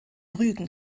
rügen